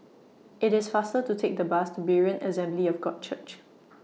IT IS faster to Take The Bus to Berean Assembly of God Church